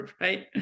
right